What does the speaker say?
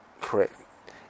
correct